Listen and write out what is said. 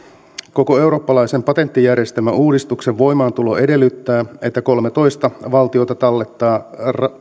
koko eurooppalaisen patenttijärjestelmäuudistuksen voimaantulo edellyttää että kolmetoista valtiota tallettaa